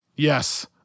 Yes